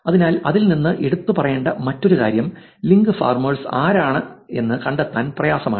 അതിനാൽ അതിൽ നിന്ന് എടുത്തുപറയേണ്ട മറ്റൊരു കാര്യം ലിങ്ക് ഫാർമേഴ്സ് ആരാണെന്ന് കണ്ടെത്താൻ പ്രയാസമാണ്